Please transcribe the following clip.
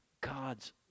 God's